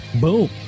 Boom